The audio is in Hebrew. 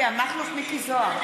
זוהר,